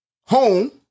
Home